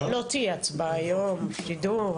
לא תהיה הצבעה היום, שתדעו.